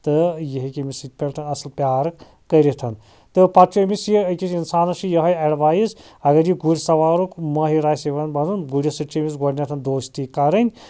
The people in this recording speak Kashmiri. تہٕ یہِ ہیٚکہِ أمِسٕے پٮ۪ٹھ اَصٕل پیار کٔرِتھ تہٕ پَتہٕ چھُ أمِس یہِ أکِس اِنسانَس چھ یہَے ایٚڈوایِز اگر یہِ گُر سوارُک مٲہِر آسہِ یوان باسان گُرِس سۭتۍ چھُ أمِس گۄڈنٮ۪تھ دوستی کَرٕنۍ